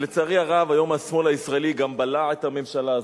ולצערי הרב היום השמאל הישראלי גם בלע את הממשלה הזאת,